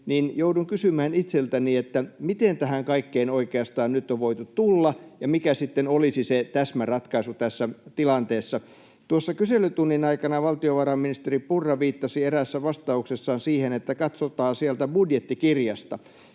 niin joudun kysymään itseltäni, miten tähän kaikkeen oikeastaan nyt on voitu tulla ja mikä sitten olisi se täsmäratkaisu tässä tilanteessa. Tuossa kyselytunnin aikana valtiovarainministeri Purra viittasi eräässä vastauksessaan siihen, että katsotaan sieltä budjettikirjasta.